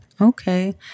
Okay